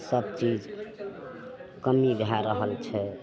सबचीज कमी भै रहल छै